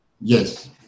yes